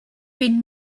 been